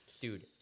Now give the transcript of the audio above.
Dude